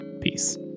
Peace